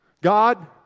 God